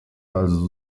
also